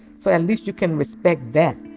so at least you can respect that.